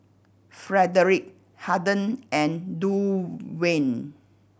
Frederick Harden and Duwayne